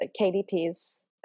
KDP's